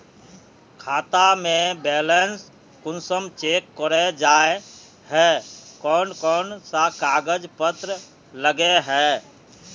खाता में बैलेंस कुंसम चेक करे जाय है कोन कोन सा कागज पत्र लगे है?